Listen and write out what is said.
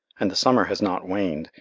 and the summer has not waned,